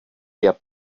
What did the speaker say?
der